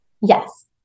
Yes